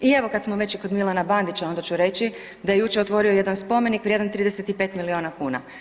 I evo kad smo već i kod Milana Bandića onda ću reći da je jučer otvorio jedan spomenik vrijedan 35 milijuna kuna.